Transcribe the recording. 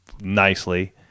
nicely